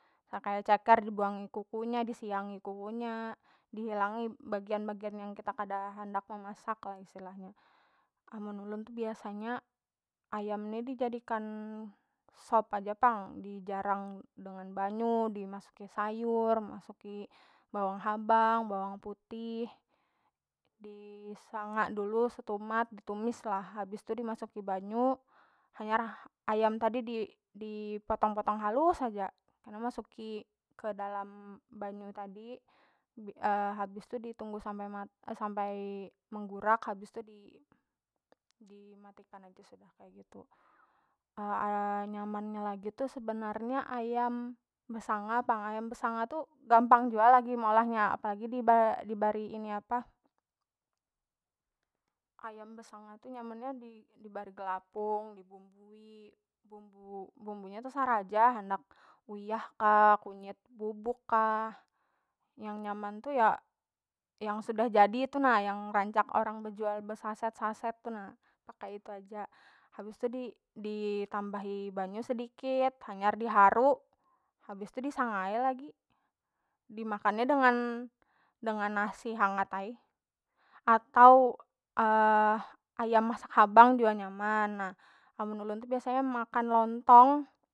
Nang kaya ceker dibuangi kukunya, disiangi kukunya, dihilangi bagian- bagian yang kita handak memasak lah istilahnya, amun ulun tu biasanya ayam ni dijadikan sop aja pang dijarang dengan banyu dimasuki sayur dimasuki bawang habang bawang putih, disanga dulu setumat ditumislah habis tu dimasuki banyu hanyar ayam tadi di- dipotong- potong halus haja kena masuki ke dalam banyu tadi habis tu ditunggu sampai sampai menggurak habis tu di- dimatikan aja sudah kaya gitu nyamannya lagi tu sebenarnya ayam besanga pang, ayam besanga tu gampang jua lagi meolahnya apalagi dibari ini apa ayam besanga tu nyamannya di- dibari gelapung dibumbui bumbu bumbunya tu sarah ja handak uyah kah kunyit bubuk kah yang nyaman tu ya yang sudah jadi tu nah yang rancak orang bejual besaset- saset tu na pakai itu aja, habis tu di- ditambahi banyu sedikit hanyar diharu habis tu disangai ai lagi dimakannya dengan nasi hangat ai atau ayam masak habang jua nyaman na amun ulun tu biasanya makan lontong.